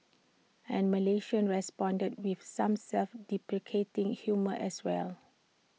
and Malaysians responded with some self deprecating humour as well